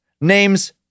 Names